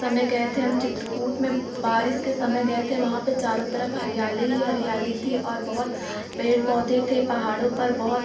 समय गए थे हम चित्रकूट में बारिश के समय गए थे वहाँ पर चारों तरफ हरियाली ही हरियाली थी और बहुत पेड़ पौधे थे पहाड़ों पर बहुत